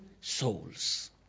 souls